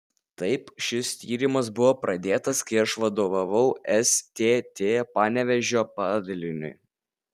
taip šis tyrimas buvo pradėtas kai aš vadovavau stt panevėžio padaliniui